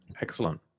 Excellent